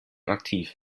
aktiv